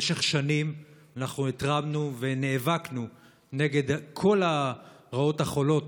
במשך שנים אנחנו התרענו ונאבקנו נגד כל הרעות החולות,